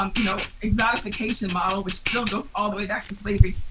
um you know, exotic vacation model, which still goes all the way back to slavery,